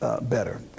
better